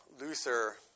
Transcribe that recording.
Luther